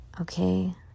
Okay